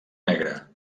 negre